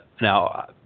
Now